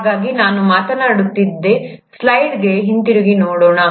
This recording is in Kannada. ಹಾಗಾಗಿ ನಾನು ಮಾತನಾಡುತ್ತಿದ್ದ ಸ್ಲೈಡ್ಗೆ ಹಿಂತಿರುಗಿ ನೋಡೋಣ